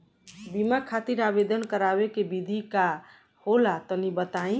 बीमा खातिर आवेदन करावे के विधि का होला तनि बताईं?